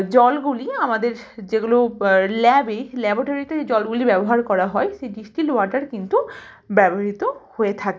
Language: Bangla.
জলগুলি আমাদের যেগুলো বা ল্যাবে ল্যাবোটারিতে যে জলগুলি ব্যবহার করা হয় সেই ডিস্টিল্ড ওয়াটার কিন্তু ব্যবহৃত হয়ে থাকে